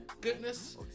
goodness